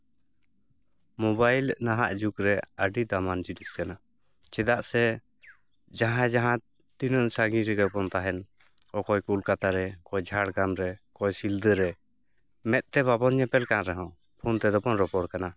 mobile ᱱᱟᱦᱟᱜ ᱡᱩᱜᱽ ᱨᱮ ᱟᱹᱰᱤ ᱫᱟᱢᱟᱱ ᱡᱤᱱᱤᱥ ᱠᱟᱱᱟ ᱪᱮᱫᱟᱜ ᱥᱮ ᱡᱟᱦᱟᱸᱭ ᱡᱟᱦᱟᱸ ᱛᱤᱱᱟᱹᱜ ᱥᱟᱺᱜᱤᱧ ᱨᱮᱜᱮ ᱵᱚᱱ ᱛᱟᱦᱮᱱ ᱚᱠᱚᱭ ᱠᱳᱞᱠᱟᱛᱟ ᱨᱮ ᱚᱠᱚᱭ ᱡᱷᱟᱲᱜᱨᱟᱢ ᱨᱮ ᱚᱠᱚᱭ ᱥᱤᱞᱫᱟᱹ ᱨᱮ ᱢᱮᱸᱫᱛᱮ ᱵᱟᱵᱚᱱ ᱧᱮᱯᱮᱞ ᱠᱟᱱ ᱨᱮᱦᱚᱸ ᱯᱷᱳᱱ ᱛᱮᱫᱚ ᱵᱚᱱ ᱨᱚᱯᱚᱲ ᱠᱟᱱᱟ